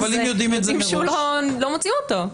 לא מוצאים אותו.